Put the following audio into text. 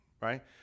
right